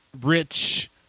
rich